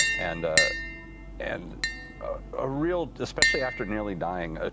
and ah and a real, especially after nearly dying, ah